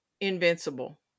invincible